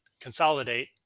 consolidate